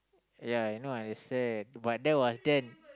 yeah I know I said but that was then